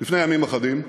לפני ימים אחדים,